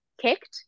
kicked